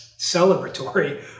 celebratory